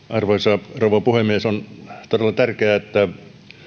arvoisa rouva puhemies on todella tärkeää että